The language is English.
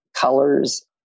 colors